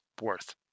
worth